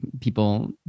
people